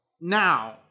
Now